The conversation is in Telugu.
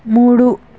మూడు